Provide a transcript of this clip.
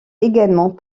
également